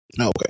okay